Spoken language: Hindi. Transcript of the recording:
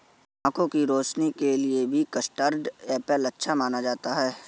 आँखों की रोशनी के लिए भी कस्टर्ड एप्पल अच्छा माना जाता है